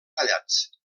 tallats